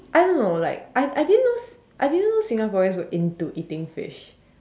I don't know like I I didn't know I didn't know Singaporeans were into eating fish